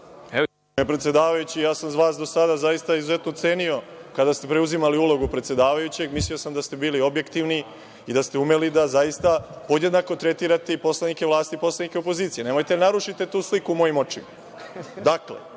Predsedavajući, ja sam vas, do sada, zaista izuzetno cenio. Kada ste preuzimali ulogu predsedavajućeg, mislio sam da ste bili objektivni i da ste umeli da zaista podjednako tretirati i poslanike vlasti i poslanike opozicije. Nemojte da narušite tu sliku u mojim očima. Dakle,